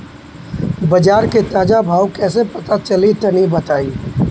बाजार के ताजा भाव कैसे पता चली तनी बताई?